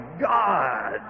God